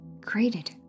created